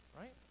right